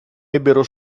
ebbero